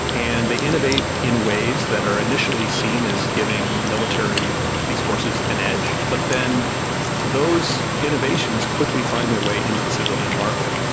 and they innovate in ways that are initially seen as giving military and police forces an edge, but then those innovations quickly find their way into the civilian market.